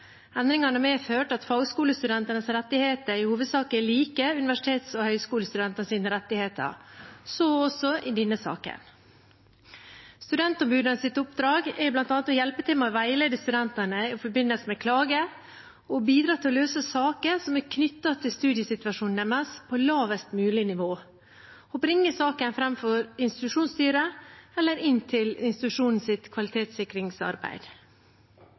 Endringene har medført at fagskolestudentenes rettigheter i hovedsak er like universitets- og høyskolestudentenes rettigheter, så også i denne saken. Studentombudenes oppdrag er bl.a. å hjelpe til med å veilede studentene i forbindelse med klager, å bidra til å løse saker knyttet til studiesituasjonen deres, på lavest mulig nivå, og å bringe saken fram for institusjonsstyret eller inn i institusjonens kvalitetssikringsarbeid.